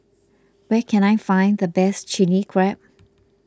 where can I find the best Chilli Crab